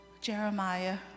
jeremiah